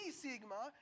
sigma